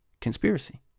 conspiracy